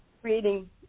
creating